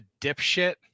dipshit